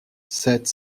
sept